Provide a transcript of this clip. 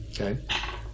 okay